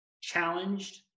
challenged